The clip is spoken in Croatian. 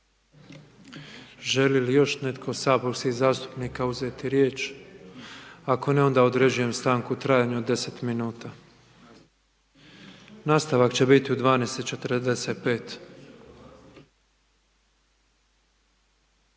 Želi li još netko od saborskih zastupnika uzeti riječ? Ako ne onda određujem stanku u trajanju od 10 min. Nastavak će biti u 12,45.